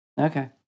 Okay